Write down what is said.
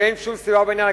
שאין שום סיבה לעניין.